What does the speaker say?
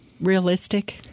realistic